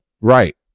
Right